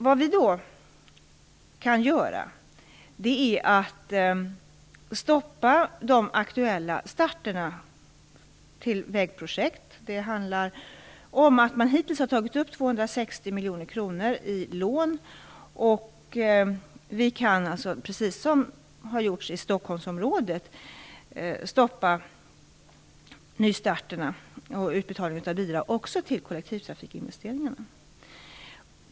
Vad vi då kan göra är att stoppa de aktuella starterna för vägprojekt. Hittills har man tagit upp 260 miljoner kronor i lån. Vi kan alltså - precis som det har gjorts i Stockholmsområdet - stoppa nystarterna och utbetalningar av bidrag också till kollektivtrafikinvesteringar.